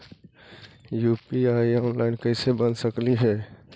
UPI online कैसे बना सकली हे?